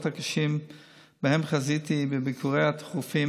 הקשים שבהם חזיתי בביקוריי התכופים